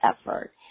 effort